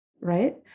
right